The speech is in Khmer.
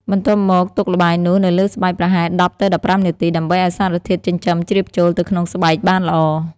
បន្ទាប់មកទុកល្បាយនោះនៅលើស្បែកប្រហែល ១០ ទៅ ១៥ នាទី ដើម្បីឱ្យសារធាតុចិញ្ចឹមជ្រាបចូលទៅក្នុងស្បែកបានល្អ។